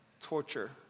torture